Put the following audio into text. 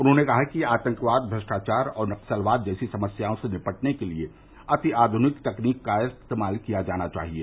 उन्होंने कहा कि आतंकवाद भ्रष्टाचार और नक्सलवाद जैसी समस्याओं से निपटने के लिये अति आध्निक तकनीकी का इस्तेमाल किया जाना चाहिये